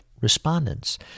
respondents